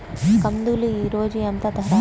కందులు ఈరోజు ఎంత ధర?